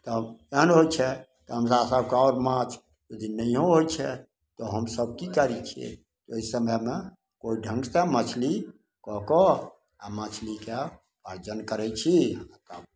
तब एहन होइत छै तऽ हमरा सबके ओहि दिन माछ नहिओ होइत छै तऽ हमसब की करैत छियै ओहि समयमे कोइ ढङ्ग से मछली कऽ कऽ आ मछलीके अर्जन करैत छी